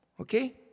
okay